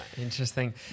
Interesting